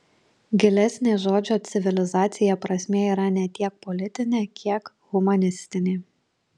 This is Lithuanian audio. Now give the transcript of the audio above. gilesnė žodžio civilizacija prasmė yra ne tiek politinė kiek humanistinė